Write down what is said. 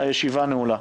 הישיבה נעולה.